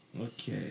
Okay